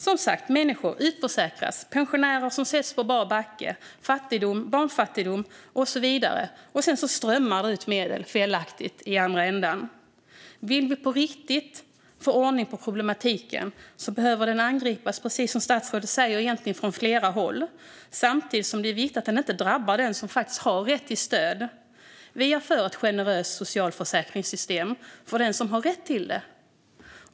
Det finns människor som utförsäkras, pensionärer som sätts på bar backe, fattigdom, barnfattigdom och så vidare, och sedan strömmar det ut medel felaktigt i andra ändan. Vill vi på riktigt få ordning på problematiken behöver den angripas, precis som statsrådet säger, från flera håll. Samtidigt är det viktigt att det inte drabbar den som har rätt till stöd. Vi är för ett generöst socialförsäkringssystem för den som har rätt till det.